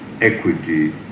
equity